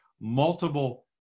multiple